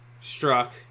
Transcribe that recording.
struck